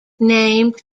named